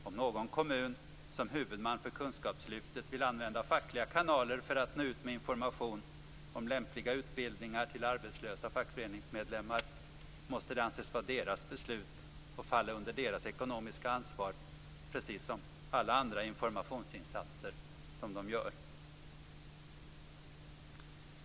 Om någon kommun som huvudman för kunskapslyftet vill använda fackliga kanaler för att nå ut med information om lämpliga utbildningar till arbetslösa fackföreningsmedlemmar måste det anses vara deras beslut och falla under deras ekonomiska ansvar, precis som alla andra informationsinsatser som görs.